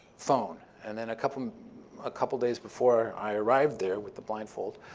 phone. and then a couple of ah couple of days before i arrived there with the blindfold,